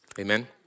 Amen